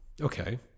Okay